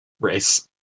race